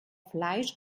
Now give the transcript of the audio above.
fleisch